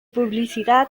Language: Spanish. publicidad